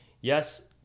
Yes